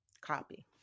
copy